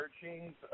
searchings